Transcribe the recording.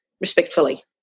respectfully